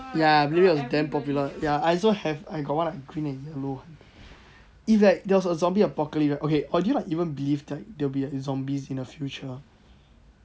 that period was damn popular ya I also have I got one like green and yellow one if like there was a zombie apocalypse right okay or do you like even believe like there will be zombies in the future